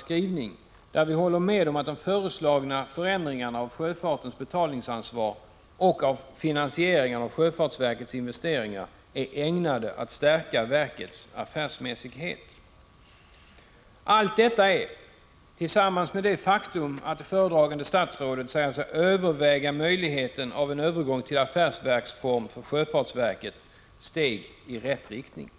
skrivning och håller med om att de föreslagna förändringarna av sjöfartens betalningsansvar och av finansieringen av sjöfartsverkets investeringar är ägnade att stärka verkets Prot. 1985/86:136 affärsmässighet. 7 maj 1986 Allt detta, tillsammans med det faktum att det föredragande statsrådet säger sig överväga möjligheten för sjöfartsverket att övergå till affärsverksform, är steg i rätt riktning.